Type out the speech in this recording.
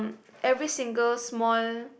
every single small